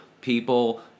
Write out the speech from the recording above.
people